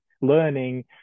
learning